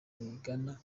rigana